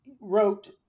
wrote